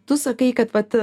tu sakai kad vat